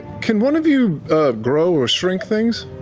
can one of you grow or shrink things?